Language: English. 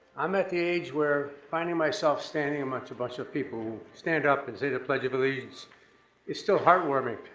i'm at the age where finding myself standing amongst a bunch of people who'll stand up and say the pledge of allegiance is still heart warming.